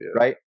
right